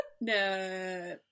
no